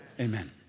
Amen